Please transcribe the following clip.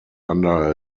under